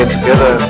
together